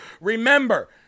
Remember